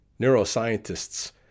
Neuroscientists